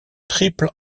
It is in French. triple